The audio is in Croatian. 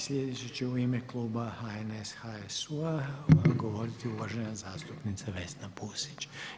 I sljedeći u ime kluba HNS, HSU-a govoriti uvažena zastupnica Vesna Pusić.